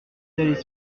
les